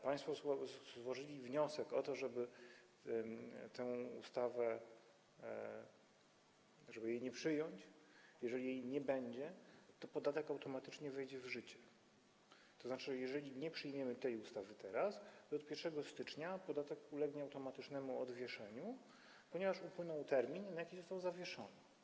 Państwo złożyli wniosek, żeby tej ustawy nie przyjąć, a jeżeli jej nie będzie, to podatek automatycznie wejdzie w życie, tzn. jeżeli teraz nie przyjmiemy tej ustawy, to od 1 stycznia podatek ulegnie automatycznemu odwieszeniu, ponieważ upłynął termin, na jaki został zawieszony.